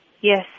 yes